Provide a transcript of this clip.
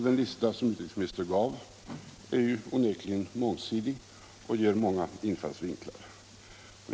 Den lista som utrikesministern läste upp är onekligen mångsidig och ger många infallsvinklar.